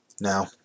Now